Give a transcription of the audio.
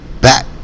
back